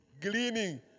gleaning